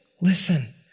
Listen